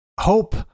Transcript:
hope